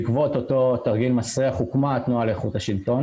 בעקבות אותו תרגיל מסריח הוקמה התנועה לאיכות השלטון